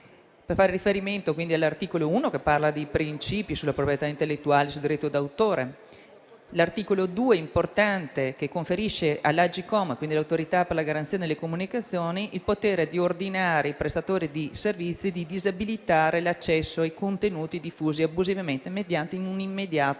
di un ritardo. L'articolo 1 parla di princìpi sulla proprietà intellettuale e sul diritto d'autore. L'articolo 2 è importante e conferisce all'Agcom (l'Autorità per la garanzia nelle comunicazioni) il potere di ordinare ai prestatori di servizi di disabilitare l'accesso ai contenuti diffusi abusivamente, mediante un immediato